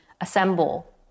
assemble